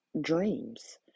dreams